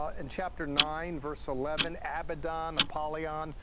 ah in chapter nine, verse eleven, abaddon, apollyon.